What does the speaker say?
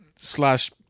slash